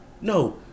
No